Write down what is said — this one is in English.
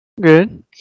Good